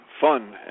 fun